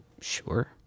Sure